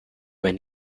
when